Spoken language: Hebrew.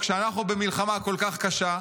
כשאנחנו במלחמה כל כך קשה,